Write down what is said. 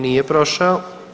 Nije prošao.